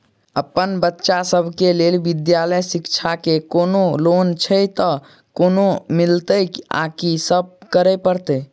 अप्पन बच्चा सब केँ लैल विधालय शिक्षा केँ कोनों लोन छैय तऽ कोना मिलतय आ की सब करै पड़तय